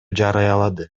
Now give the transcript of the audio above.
жарыялады